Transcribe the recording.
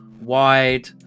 wide